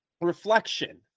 reflection